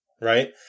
right